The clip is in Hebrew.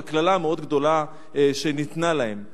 עם הקללה המאוד גדולה שניתנה להם.